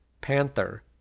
panther